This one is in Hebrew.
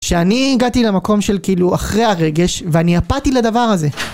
שאני הגעתי למקום של כאילו אחרי הרגש ואני אפאתי לדבר הזה